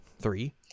three